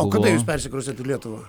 o kada jūs persikraustėt į lietuvą